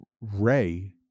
Ray